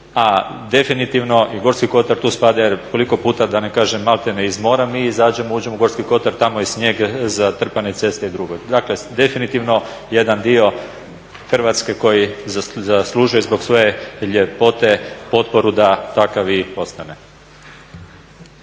A definitivno i Gorski kotar tu spada, jer koliko puta da ne kažem maltene iz mora mi izađemo, uđemo u Gorski kotar tamo je snijeg, zatrpane ceste i drugo. Dakle, definitivno jedan dio Hrvatske koji zaslužuje zbog svoje ljepote potporu da takav i ostane.